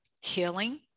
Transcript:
healing